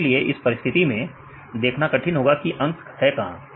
इसलिए इस परिस्थिति में देखना कठिन होगा कि अंक कहां है